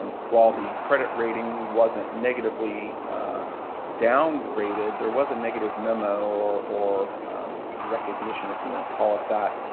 while the credit rating wasn't negatively downgraded, there was a negative memo, or or recognition, if you want to call it that,